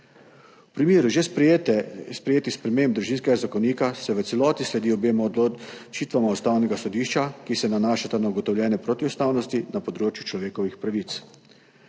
V primeru že sprejetih sprememb Družinskega zakonika se v celoti sledi obema odločitvama Ustavnega sodišča, ki se nanašata na ugotovljene protiustavnosti na področju človekovih pravic,